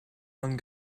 one